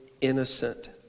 innocent